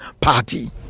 Party